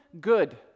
good